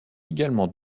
également